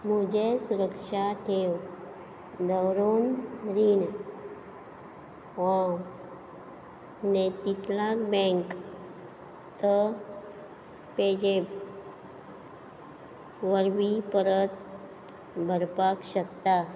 म्हुजें सुरक्षा ठेव दवरून रीण हो नैतितलाग बँक त पेझॅप वरवीं परत भरपाक शकता